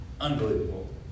Unbelievable